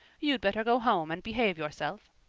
you'd better go home and behave yourself.